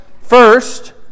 first